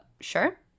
sure